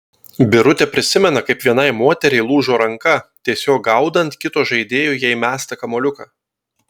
birutė prisimena kaip vienai moteriai lūžo ranka tiesiog gaudant kito žaidėjo jai mestą kamuoliuką